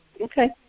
Okay